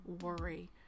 worry